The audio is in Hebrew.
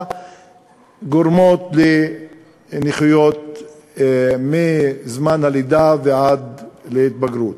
הגורמות לנכויות מזמן הלידה ועד להתבגרות.